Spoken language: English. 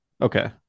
Okay